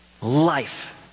Life